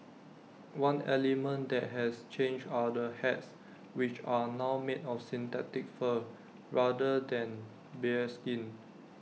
one element that has changed are the hats which are now made of synthetic fur rather than bearskin